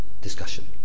discussion